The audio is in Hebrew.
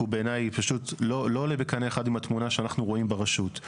כי הוא בעיני פשוט לא עולה בקנה אחד עם התמונה שאנחנו רואים ברשות.